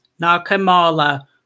Nakamala